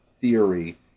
theory